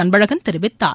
அன்பழகன் தெரிவித்தார்